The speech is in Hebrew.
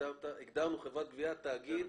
הגדרנו "חברת גבייה" כ"תאגיד העוסק בפעולות